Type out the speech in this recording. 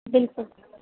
बिल्कुलु